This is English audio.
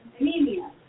anemia